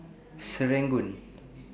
Serangoon